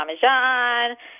parmesan